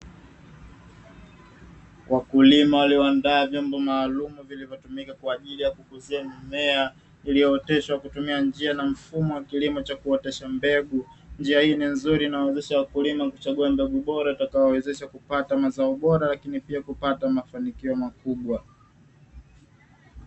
Wakulima walioandaa vyombo maalumu, vilivyotumika kwa ajili ya kukuzia mimea, iliyooteshwa kutumia njia na mfumo wa kilimo cha kuotesha mbegu, njia hii ni nzuri inayowezesha wakulima kuchagua mbegu bora, itakayowawezesha kupata mazao bora lakini pia kupata mafanikio makubwa.